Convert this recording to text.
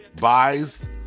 buys